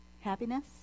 Happiness